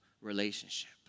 relationship